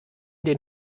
den